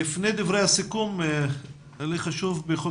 לפני דברי הסיכום חשוב לי לשמוע בכל